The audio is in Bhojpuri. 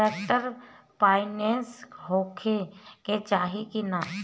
ट्रैक्टर पाईनेस होखे के चाही कि ना?